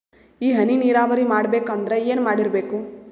ಈ ಹನಿ ನೀರಾವರಿ ಮಾಡಬೇಕು ಅಂದ್ರ ಏನ್ ಮಾಡಿರಬೇಕು?